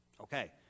Okay